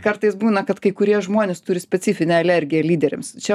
kartais būna kad kai kurie žmuonės turi specifinę alergiją lyderiams čia